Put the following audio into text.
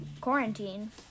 quarantine